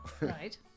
Right